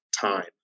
time